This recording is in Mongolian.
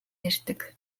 ярьдаг